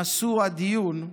נשוא הדיון,